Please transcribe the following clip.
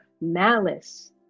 malice